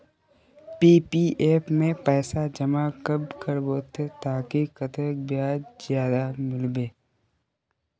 PPF में पैसा जमा कब करबो ते ताकि कतेक ब्याज ज्यादा मिलबे?